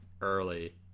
early